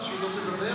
אז שהיא לא תדבר?